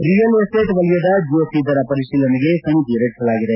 ಿಯಲ್ estate ವಲಯದ GST ದರ ಪರಿಶೀಲನೆಗೆ ಸಮಿತಿ ರಚಿಸಲಾಗಿದೆ